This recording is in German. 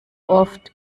oft